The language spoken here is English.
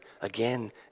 again